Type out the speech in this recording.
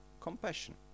compassion